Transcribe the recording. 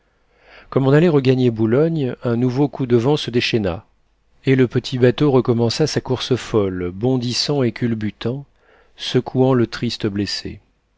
on allait regagner boulogne un nouveau coup de vent se déchaîna et le petit bateau recommença sa course folle bondissant et culbutant secouant le triste blessé